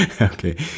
Okay